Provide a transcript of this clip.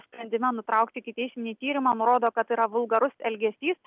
sprendime nutraukti ikiteisminį tyrimą nurodo kad yra vulgarus elgesys